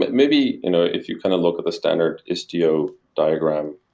but maybe, you know if you kind of look at the standard istio diagram,